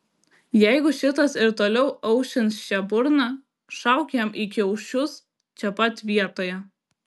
jeigu šitas ir toliau aušins čia burną šauk jam į kiaušius čia pat vietoje